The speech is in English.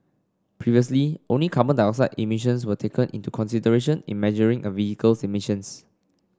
previously only carbon dioxide emissions were taken into consideration in measuring a vehicle's emissions